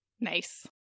Nice